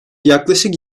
yaklaşık